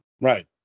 Right